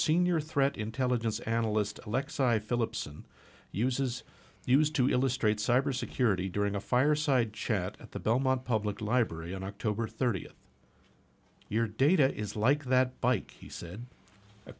senior threat intelligence analyst lex side philipson uses used to illustrate cyber security during a fireside chat at the belmont public library on october thirtieth your data is like that bike he said a